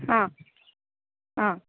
आं आं